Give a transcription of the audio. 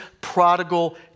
prodigal